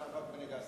למאבק בנגע הסמים.